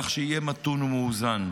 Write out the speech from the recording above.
כך שיהיה מתון ומאוזן.